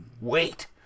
wait